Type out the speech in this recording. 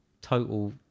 Total